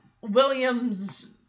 Williams